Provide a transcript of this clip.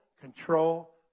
control